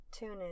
TuneIn